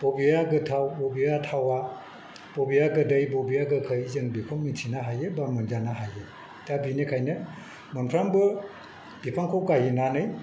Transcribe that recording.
बबेया गोथाव बबेया थावा बबेया गोदै बबेया गोखै जों बेखौ मिथिनो हायो बा मोनजानो हायो दा बेनिखायनो मोनफ्रोमबो बिफांखौ गायनानै